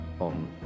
on